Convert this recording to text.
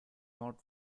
not